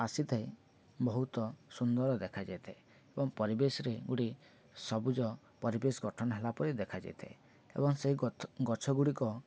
ଆସିଥାଏ ବହୁତ ସୁନ୍ଦର ଦେଖାଯାଇଥାଏ ଏବଂ ପରିବେଶରେ ଗୋଟେ ସବୁଜ ପରିବେଶ ଗଠନ ହେଲା ପରି ଦେଖାଯାଇଥାଏ ଏବଂ ସେଇ ଗଛଗୁଡ଼ିକ